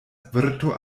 virto